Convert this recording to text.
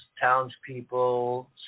townspeople